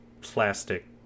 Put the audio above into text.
plastic